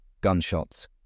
Gunshots